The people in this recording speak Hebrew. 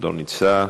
לא נמצא,